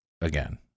Again